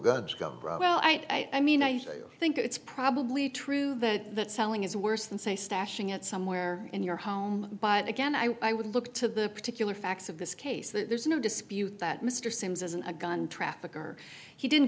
usually go well i mean i think it's probably true that that selling is worse than say stashing it somewhere in your home but again i would look to the particular facts of this case there's no dispute that mr sims isn't a gun trafficker he didn't